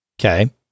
Okay